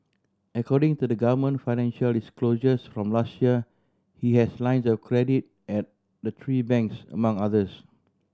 according to government financial disclosures from last year he has lines of credit at the three banks among others